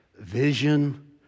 vision